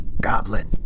Goblin